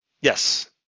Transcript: Yes